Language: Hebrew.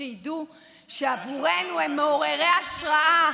ושידעו שבעבורנו הם מעוררי השראה,